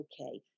okay